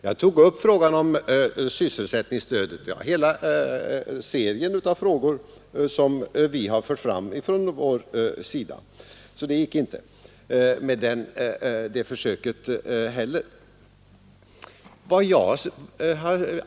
Jag tog upp sysselsättningsstödet och hela serien av frågor som vi har fört fram från vårt håll, så det försöket gick inte heller.